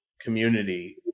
community